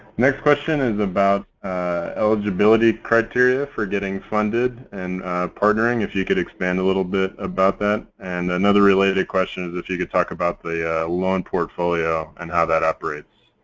next question is about eligibility criteria for getting funded and partnering, if you could expand a bit about that. and another related question is if you could talk about the loan portfolio and how that operates,